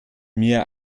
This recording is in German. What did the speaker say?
mir